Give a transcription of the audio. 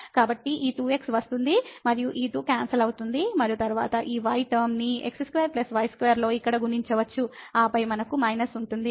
కాబట్టి ఈ 2x వస్తుంది మరియు ఈ 2 క్యాన్సల్ అవుతుంది మరియు తరువాత ఈ y టర్మ నీ x2 y2 లో ఇక్కడ గుణించవచ్చు ఆపై మనకు మైనస్ ఉంటుంది